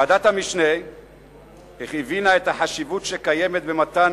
ועדת המשנה הבינה את החשיבות שקיימת במתן